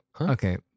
Okay